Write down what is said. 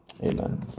Amen